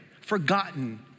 forgotten